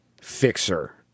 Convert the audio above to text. fixer